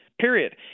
period